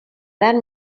gran